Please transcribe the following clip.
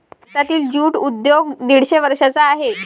भारतातील ज्यूट उद्योग दीडशे वर्षांचा आहे